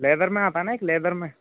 leather में आता है ना एक लैदर में